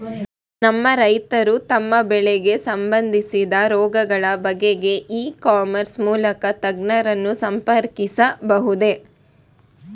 ನಮ್ಮ ರೈತರು ತಮ್ಮ ಬೆಳೆಗೆ ಸಂಬಂದಿಸಿದ ರೋಗಗಳ ಬಗೆಗೆ ಇ ಕಾಮರ್ಸ್ ಮೂಲಕ ತಜ್ಞರನ್ನು ಸಂಪರ್ಕಿಸಬಹುದೇ?